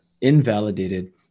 invalidated